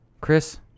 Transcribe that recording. chris